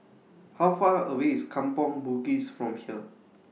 How Far away IS Kampong Bugis from here